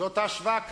זאת ההשוואה כאן,